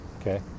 okay